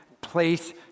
Place